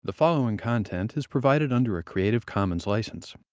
the following content is provided under a creative commons license.